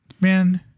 Man